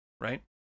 right